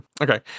okay